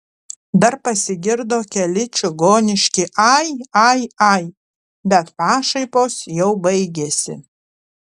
dar pasigirdo keli čigoniški ai ai ai bet pašaipos jau baigėsi